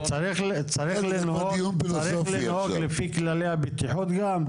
צריך לנהוג לפי כללי הבטיחות גם?